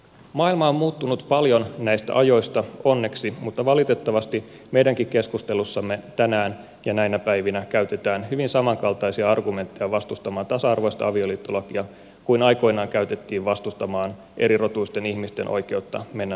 maailma on muuttunut paljon näistä ajoista onneksi mutta valitettavasti meidänkin keskustelussamme tänään ja näinä päivinä käytetään hyvin samankaltaisia argumentteja vastustamaan tasa arvoista avioliittolakia kuin aikoinaan käytettiin vastustamaan erirotuisten ihmisten oikeutta mennä naimisiin keskenään